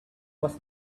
was